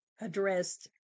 addressed